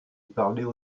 parler